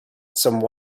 some